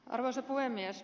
arvoisa puhemies